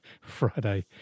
Friday